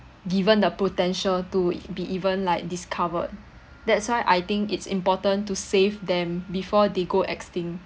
given the potential to be even like discovered that's why I think it's important to save them before they go extinct